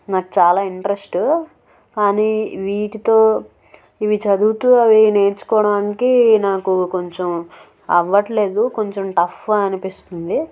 నాకు చాలా ఇంట్రెస్ట్ కానీ వీటితో ఇవి చదువుతూ అవి నేర్చుకోవడానికి నాకు కొంచెం అవ్వట్లేదు కొంచెం టఫ్గా అనిపిస్తుంది